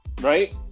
right